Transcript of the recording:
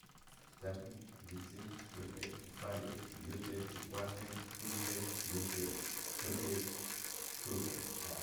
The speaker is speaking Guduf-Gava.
Kitakwe, mintse, kharkoide, uffade, thabbe, unkwahhe, kulkwe, mitse, khakorde.